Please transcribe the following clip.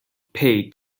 pay